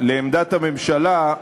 לעמדת הממשלה,